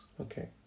Okay